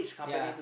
yeah